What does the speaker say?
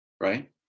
right